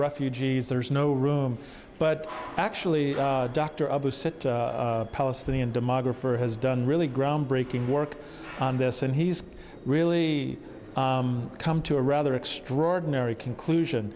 refugees there's no room but actually dr a palestinian demographer has done really groundbreaking work on this and he's really come to a rather extraordinary conclusion